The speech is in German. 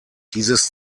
dieses